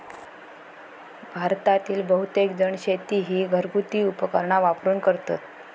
भारतातील बहुतेकजण शेती ही घरगुती उपकरणा वापरून करतत